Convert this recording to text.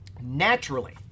Naturally